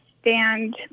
stand